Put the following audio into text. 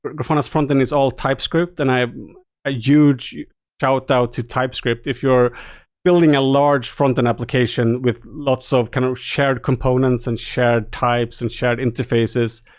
grafana's frontend is all typescript, and a huge shout out to typescript. if you're building a large frontend application with lots of kind of shared components and shared types and shared interfaces,